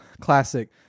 Classic